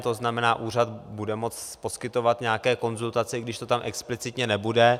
To znamená, úřad bude moci poskytovat nějaké konzultace, i když to tam explicitně nebude.